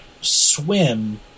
swim